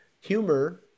humor